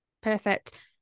Perfect